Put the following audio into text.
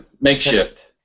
makeshift